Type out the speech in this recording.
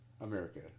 America